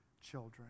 children